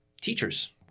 Teachers